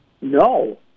No